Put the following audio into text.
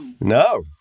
No